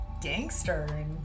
gangster